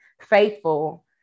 faithful